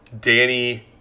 Danny